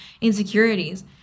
insecurities